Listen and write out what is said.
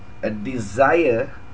a desire